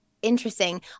interesting